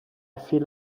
feel